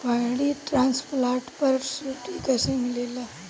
Paddy transplanter पर subsidy कैसे मिली?